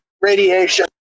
radiation